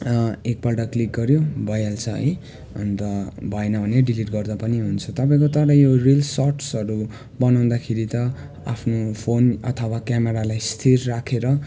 एकपल्ट क्लिक गर्यो भइहाल्छ है अन्त भएन भने डिलिट गर्दा पनि हुन्छ तपाईँको तर यो रिल्स सर्टसहरू बनाउँदाखेरि त आफ्नो फोन अथवा क्यामरालाई स्थिर राखेर